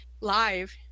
live